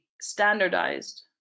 standardized